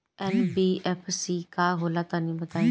NBFC का होला तनि बताई?